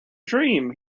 dream